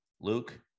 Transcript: Luke